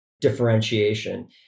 differentiation